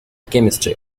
chemistry